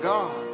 God